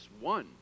one